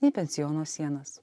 nei pensiono sienas